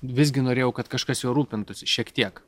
visgi norėjau kad kažkas juo rūpintųsi šiek tiek